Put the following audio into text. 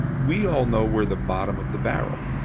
we all know we're the bottom of the barrel.